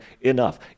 enough